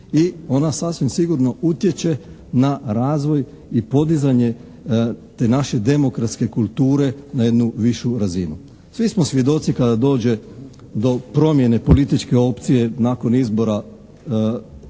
i ona sasvim sigurno utječe na razvoj i podizanje te naše demokratske kulture na jednu višu razinu. Svi smo svjedoci kada dođe do promjene političke opcije nakon izbora